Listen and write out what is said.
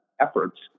efforts